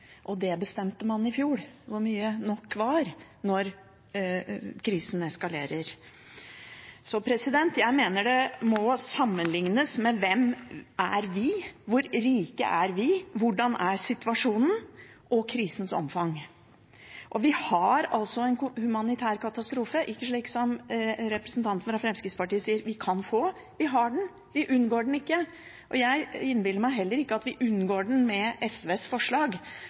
og man bestemte i fjor hvor mye nok var når krisen eskalerer. Jeg mener det må sammenlignes med hvem vi er, hvor rike vi er, hvordan situasjonen er, og krisens omfang. Vi har altså en humanitær katastrofe, og ikke slik representanten fra Fremskrittspartiet sier, at vi kan få en – vi har den, vi unngår den ikke. Jeg innbiller meg heller ikke at vi unngår den med SVs forslag,